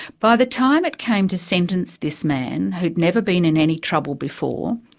by the time it came to sentence this man, who'd never been in any trouble before,